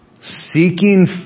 Seeking